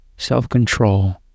Self-control